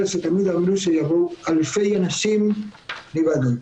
שתמיד אמרו שיבואו אלפי אנשים להיבדק.